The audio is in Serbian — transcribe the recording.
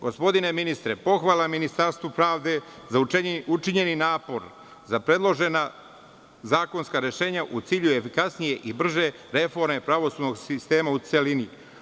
Gospodine ministre, pohvala ministarstvu pravde za učinjeni napor, za predložena zakonska rešenja u cilju efikasnije i brže reforme pravosudnog sistema u celini.